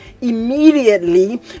immediately